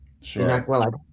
Sure